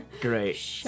Great